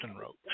wrote